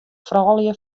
froulju